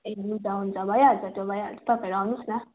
ए हुन्छ हुन्छ भइहाल्छ त्यो भइहाल्छ तपाईँहरू आउनुहोस् न